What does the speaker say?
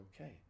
okay